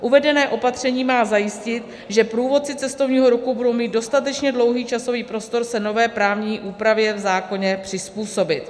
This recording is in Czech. Uvedené opatření má zajistit, že průvodci cestovního ruchu budou mít dostatečně dlouhý časový prostor se nové právní úpravě v zákoně přizpůsobit.